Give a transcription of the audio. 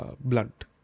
blunt